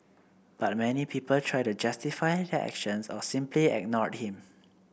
but many people try to justify their actions or simply ignored him